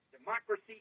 Democracy